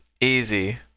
Easy